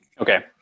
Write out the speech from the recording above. Okay